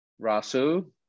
Rasu